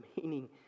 meaning